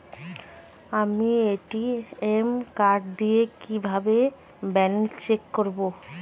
আমি ATM card দিয়ে কিভাবে ব্যালেন্স চেক করব?